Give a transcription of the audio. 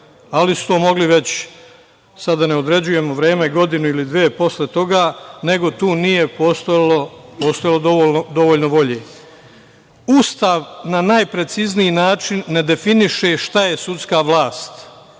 ali su to mogli već, sada da ne određujem vreme, godinu ili dve posle toga, nego tu nije postojalo dovoljno volje. Ustav na najprecizniji način ne definiše šta je sudska vlast.